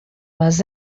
les